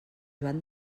joan